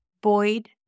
Boyd